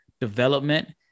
development